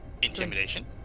Intimidation